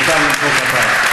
מותר למחוא כפיים.